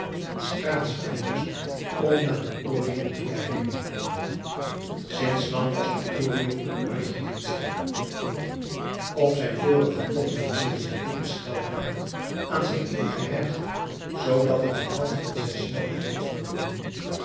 en straatslijpers om naar de orion te kijken sinds lang was de orion een uitgediend schip op zijn vorige tochten hadden zich dikke schelplagen aan zijn kiel gehecht zoodat het de helft van zijn snelheid had verloren